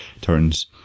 turns